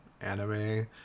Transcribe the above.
anime